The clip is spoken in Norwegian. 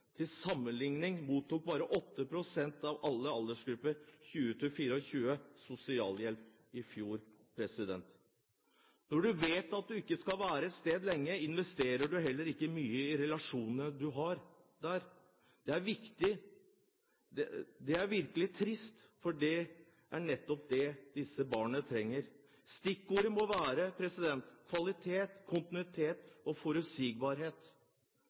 Til sammenlikning mottok bare 8 pst. av alle i aldersgruppen 20–24 år sosialhjelp i fjor. Når du vet at du ikke skal være et sted lenge, investerer du heller ikke mye i relasjonene du har der. Det er virkelig trist, for det er nettopp det disse barna trenger. Stikkordet må være kvalitet, kontinuitet og forutsigbarhet.